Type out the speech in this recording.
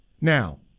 Now